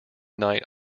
night